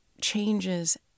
changes